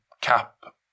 cap